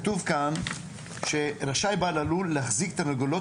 כתוב כאן שרשאי בעל הלול להחזיק תרנגולות